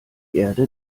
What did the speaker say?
erde